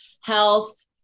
health